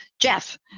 Jeff